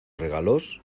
regalos